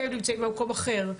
אתם נמצאים במקום אחר.